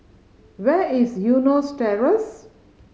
where is Eunos Terrace